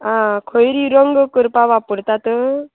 आं खंय रिरंग करपा वापरता तर